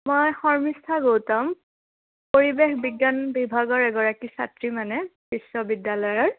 মই শৰ্মিষ্ঠা গৌতম পৰিৱেশ বিজ্ঞান বিভাগৰ এগৰাকী ছাত্ৰী মানে বিশ্ববিদ্যালয়ৰ